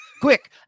quick